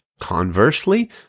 Conversely